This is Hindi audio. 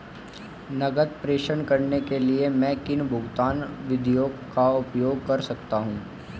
नकद प्रेषण करने के लिए मैं किन भुगतान विधियों का उपयोग कर सकता हूँ?